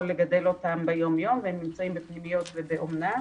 לגדל אותם ביום-יום והם נמצאים בפנימיות ובאומנה.